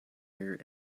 here